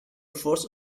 forced